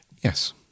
Yes